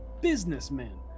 businessmen